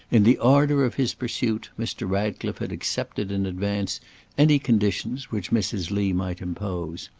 in the ardour of his pursuit, mr. ratcliffe had accepted in advance any conditions which mrs. lee might impose,